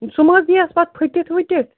سُہ مہٕ حظ یِیَس پَتہٕ پھٕٹِتھ وٕٹھِتھ